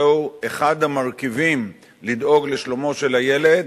זהו אחד המרכיבים לדאוג לשלומו של הילד: